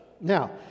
Now